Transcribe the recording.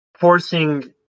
forcing